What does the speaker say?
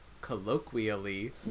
colloquially